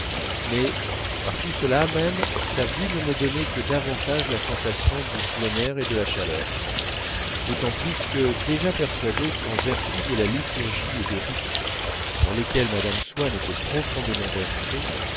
mais par tout cela même sa vue ne me donnait que davantage la sensation du plein air et de la chaleur d'autant plus que déjà persuadé qu'en vertu de la liturgie et des rites dans lesquels mme swann était profondément versée